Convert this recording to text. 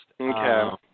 Okay